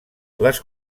les